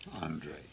Andre